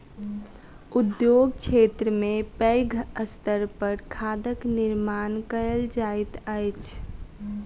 उद्योग क्षेत्र में पैघ स्तर पर खादक निर्माण कयल जाइत अछि